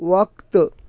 وقت